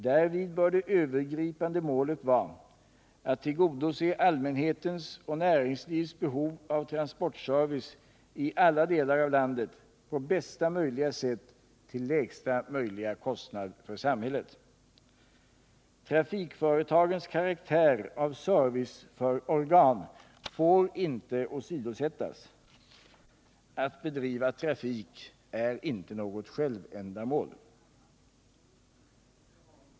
Därvid bör det övergripande målet vara att tillgodose allmänhetens och näringslivets behov av transportserivce i alla delar av landet på bästa möjliga sätt till lägsta möjliga kostnad för samhället. Trafikföretagens karaktär av serviceorgan får inte åsidosättas. Att bedriva trafik är inte något självändamål.